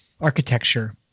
architecture